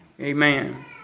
Amen